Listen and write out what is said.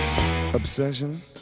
obsession